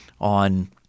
on